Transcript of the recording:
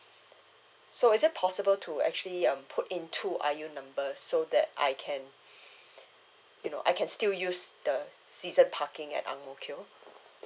so is it possible to actually um put in two I_U numbers so that I can you know I can still use the season parking at ang mo kio